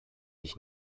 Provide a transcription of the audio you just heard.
ich